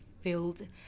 filled